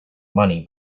money